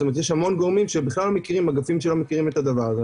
זאת אומרת יש המון גורמים שלא מכירים את הדבר הזה.